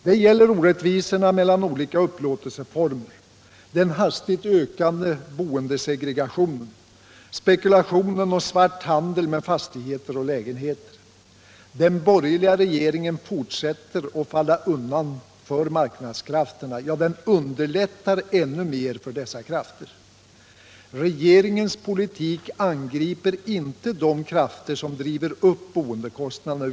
Det gäller orättvisorna mellan olika upplåtelseformer, den hastigt ökande boendesegregationen, spekulationen och svart handel med fastigheter och lä genheter. Den borgerliga regeringen fortsätter att falla undan för marknadskrafterna — ja, den underlättar ännu mer för dessa krafter. Regeringens politik angriper inte de krafter som driver upp boendekostnaderna.